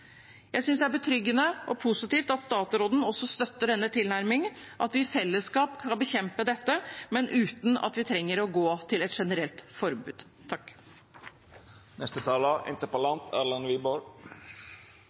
Jeg synes det er betryggende og positivt at statsråden støtter denne tilnærmingen, og at vi i fellesskap skal bekjempe dette, men uten at vi trenger å gå til et generelt forbud.